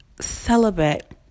celibate